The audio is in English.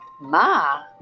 Ma